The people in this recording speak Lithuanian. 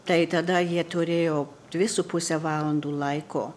tai tada jie turėjo dvi su puse valandų laiko